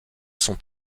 sont